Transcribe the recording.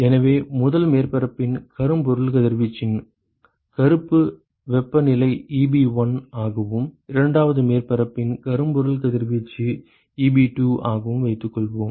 எனவே முதல் மேற்பரப்பின் கரும்பொருள் கதிர்வீச்சின் கருப்பு வெப்பநிலை Eb1 ஆகவும் இரண்டாவது மேற்பரப்பின் கரும்பொருள் கதிர்வீச்சு Eb2 ஆகவும் வைத்துக்கொள்வோம்